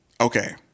okay